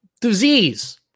disease